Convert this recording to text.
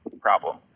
problem